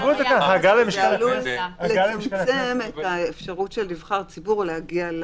זה עלול לצמצם את האפשרות של נבחר ציבור להגיע,